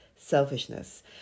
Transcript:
Selfishness